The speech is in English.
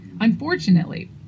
Unfortunately